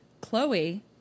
Chloe